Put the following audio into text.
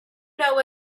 know